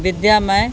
ਵਿੱਦਿਆ ਮੈਂ